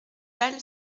val